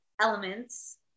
elements